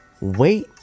wait